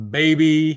baby